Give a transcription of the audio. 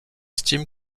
estiment